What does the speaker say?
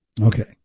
Okay